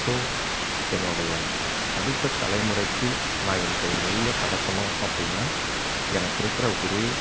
so என்னோடைய அடுத்த தலைமுறைக்கு நான் என்னுடைய மொழியை கடத்தணும் அப்படின்னா எனக்கு இருக்கிற ஒரே